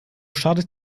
schadet